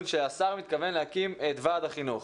שהשר מתכוון להקים את ועד החינוך.